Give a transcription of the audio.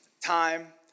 time